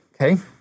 okay